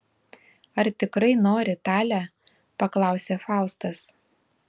ar tikrai nori tale paklausė faustas